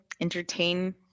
entertain